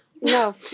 No